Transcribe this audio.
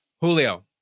Julio